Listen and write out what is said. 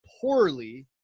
poorly –